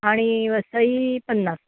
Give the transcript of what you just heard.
आणि वसई पन्नास